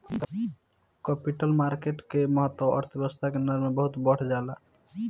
capital market के महत्त्व अर्थव्यस्था के नजर से बहुत बढ़ जाला